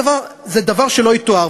זה דבר שלא יתואר.